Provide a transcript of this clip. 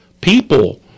people